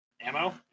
Ammo